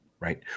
Right